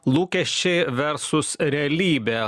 lūkesčiai versus realybė